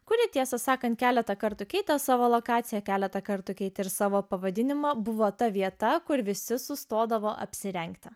kuri tiesą sakant keletą kartų keitė savo lokaciją keletą kartų keitė ir savo pavadinimą buvo ta vieta kur visi sustodavo apsirengti